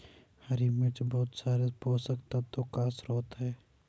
हरी मिर्च बहुत सारे पोषक तत्वों का स्रोत है